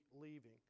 leaving